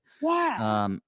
Wow